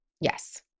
Yes